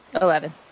Eleven